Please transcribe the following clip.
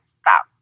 stop